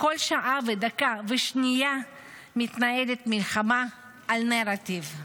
בכל שעה ודקה ושנייה מתנהלת מלחמה על הנרטיב,